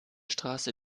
straße